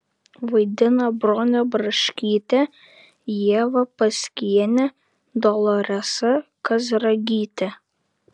vaidina bronė braškytė ieva paskienė doloresa kazragytė